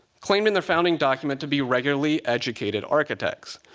claim in their founding document to be regularly educated architects.